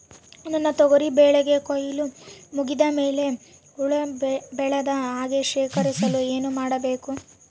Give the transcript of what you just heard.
ನನ್ನ ತೊಗರಿ ಬೆಳೆಗೆ ಕೊಯ್ಲು ಮುಗಿದ ಮೇಲೆ ಹುಳು ಬೇಳದ ಹಾಗೆ ಶೇಖರಿಸಲು ಏನು ಮಾಡಬೇಕು?